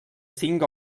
cinc